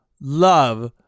love